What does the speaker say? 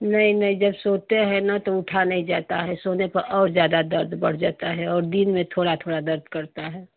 नहीं नहीं जब सोते हैं ना तो उठा नहीं जाता है सोने पे और ज़्यादा दर्द बढ़ जाता है और दिन में थोड़ा थोड़ा दर्द करता है